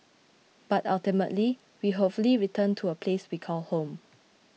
but ultimately we hopefully return to a place we call home